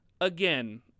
again